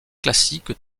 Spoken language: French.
classiques